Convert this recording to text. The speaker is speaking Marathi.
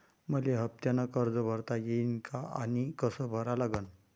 मले हफ्त्यानं कर्ज भरता येईन का आनी कस भरा लागन?